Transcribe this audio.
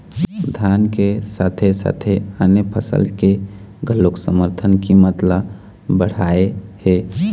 धान के साथे साथे आने फसल के घलोक समरथन कीमत ल बड़हाए हे